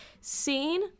Scene